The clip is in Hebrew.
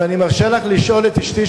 ואני מרשה לך לשאול את אשתי,